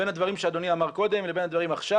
בין הדברים שאדוני אמר קודם לבין הדברים עכשיו